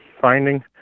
finding